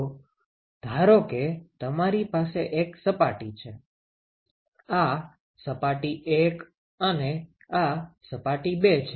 તો ધારો કે તમારી પાસે એક સપાટી છે આ સપાટી 1 અને આ સપાટી 2 છે